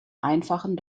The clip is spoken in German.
einfachen